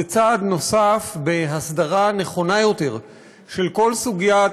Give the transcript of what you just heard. זה צעד נוסף בהסדרה נכונה יותר של כל סוגיית